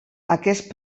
aquest